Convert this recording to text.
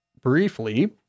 briefly